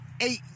eight